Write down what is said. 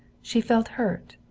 she felt hurt.